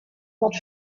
not